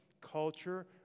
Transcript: culture